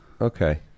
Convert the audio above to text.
okay